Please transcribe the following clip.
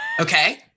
Okay